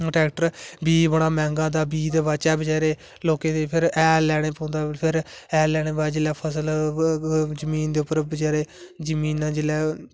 tractor बीऽ बड़ा मैंहगा आंदा बी दे बाद च बचारे फिर हैल लेने पोंदा फिर हैल लेने बाद जिसलै फसल जमीन दे उप्पर बचारे जमीना जिसलै